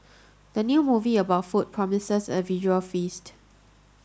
the new movie about food promises a visual feast